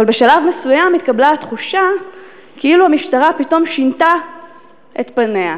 אבל בשלב מסוים התקבלה התחושה כאילו המשטרה פתאום שינתה את פניה.